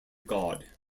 god